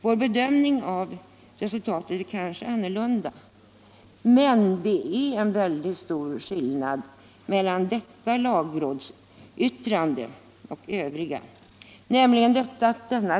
Våra bedömningar av resultatet är kanske olika, men det är mycket stor skillnad mellan detta lagrådsyttrande och andra yttranden.